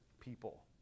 people